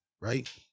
right